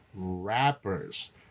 Rappers